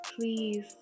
please